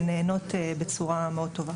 הן נענות בצורה מאוד טובה.